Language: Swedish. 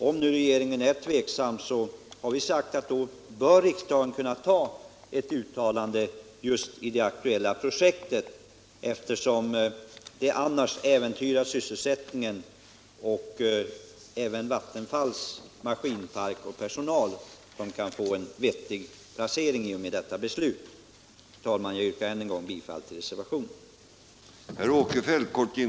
Om nu regeringen är tveksam, har vi sagt, bör riksdagen kunna göra ett uttalande just beträffande det aktuella projektet, eftersom annars sysselsättningen äventyras och eftersom Vattenfalls maskinpark och personal kan få en vettig placering i och med det av oss förordade beslutet. Herr talman! Jag yrkar än en gång bifall till reservationen.